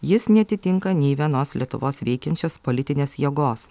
jis neatitinka nei vienos lietuvos veikiančios politinės jėgos